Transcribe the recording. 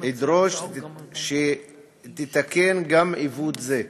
אדרוש שתתקן גם עיוות זה.